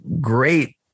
great